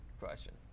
question